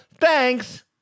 Thanks